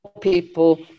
people